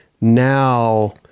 now